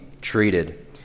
treated